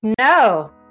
No